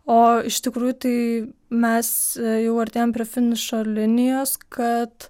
o iš tikrųjų tai mes jau artėjam prie finišo linijos kad